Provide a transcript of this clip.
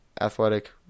Athletic